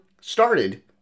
started